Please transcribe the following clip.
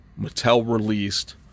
Mattel-released